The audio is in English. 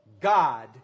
God